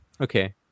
okay